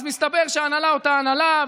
אז מסתבר שהנהלה אותה הנהלה,